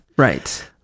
Right